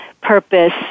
purpose